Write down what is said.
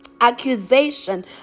accusation